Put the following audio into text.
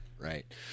right